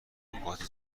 نکات